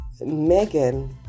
Megan